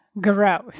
growth